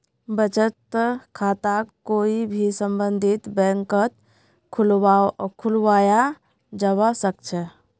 बचत खाताक कोई भी सम्बन्धित बैंकत खुलवाया जवा सक छे